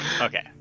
Okay